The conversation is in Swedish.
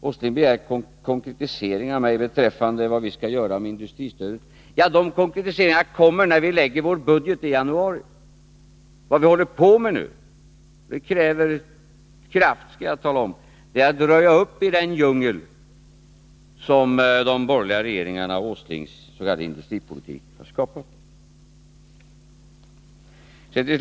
Nils Åsling begär konkretiseringar av mig beträffande vad vi skall göra med industristödet. De konkretiseringarna kommer i vår budget i januari. Vad vi håller på med nu — det kräver krafttag — är att röja upp i den djungel som de borgerliga regeringarnas och Nils Åslings industripolitik har skapat.